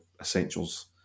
essentials